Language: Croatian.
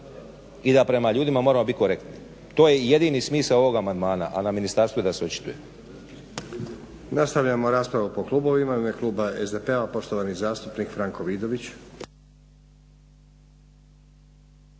i da prema ljudima moramo bit korektni. To je jedini smisao ovog amandmana, a na ministarstvu je da se očituje.